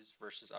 versus